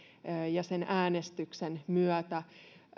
ja sen äänestyksen myötä